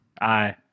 Aye